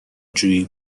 جویی